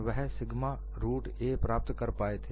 वह sigma root a प्राप्त कर पाए थे